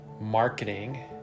marketing